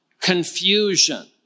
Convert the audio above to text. confusion